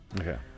okay